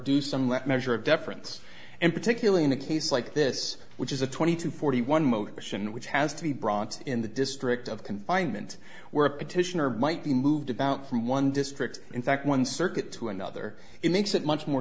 left measure of deference and particularly in a case like this which is a twenty two forty one motion which has to be brought in the district of confinement where a petitioner might be moved about from one district in fact one circuit to another it makes it much more